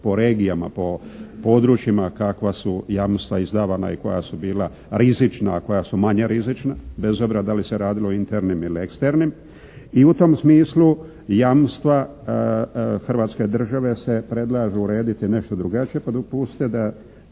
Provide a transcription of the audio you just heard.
po regijama, po područjima kakva su jamstva izdavana i koja su bila rizična, a koja su manje rizična, bez obzira da li se radilo o internim ili eksternim. I u tom smislu jamstva hrvatske države se predlažu urediti nešto drugačije pa dopustite da